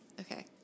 okay